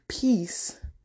peace